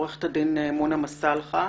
עורכת הדין מונה מסאלחה,